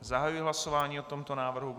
Zahajuji hlasování o tomto návrhu.